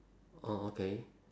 orh okay